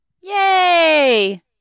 Yay